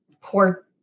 poor